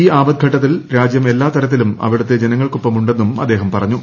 ഈ ആപദ്ഘട്ടത്തിൽ രാജ്യം എല്ലാ തരത്തിലും അവിടത്തെ ജനങ്ങൾക്കൊപ്പമുണ്ടെന്നും അദ്ദേഹം പറഞ്ഞു